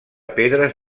pedres